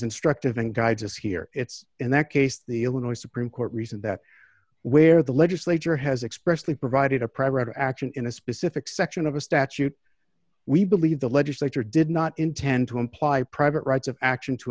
instructive and guides us here it's in that case the illinois supreme court recent that where the legislature has expressly provided a prior action in a specific section of a statute we believe the legislature did not intend to imply private rights of action to